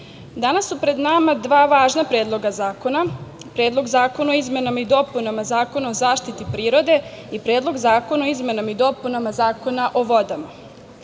danas su pred nama dva važna predloga zakona, Predlog zakona o izmenama i dopunama Zakona o zaštiti prirode i Predlog zakona o izmenama i dopunama Zakona o vodama. Razlog